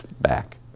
back